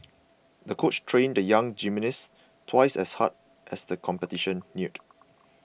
the coach trained the young gymnast twice as hard as the competition neared